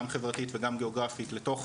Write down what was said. גם חברתית וגם גאוגרפית לתוך